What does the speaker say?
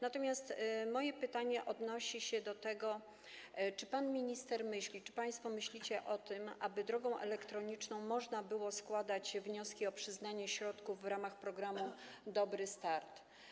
Natomiast moje pytanie odnosi się do tego, czy pan minister myśli, czy państwo myślicie o tym, aby drogą elektroniczną można było składać wnioski o przyznanie środków w ramach programu „Dobry start”